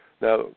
Now